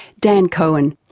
dan cohen.